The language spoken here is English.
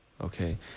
okay